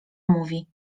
mówi